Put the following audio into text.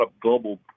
global